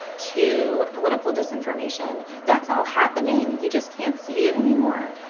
to political disinformation, that's all happening. you just can't see it anymore,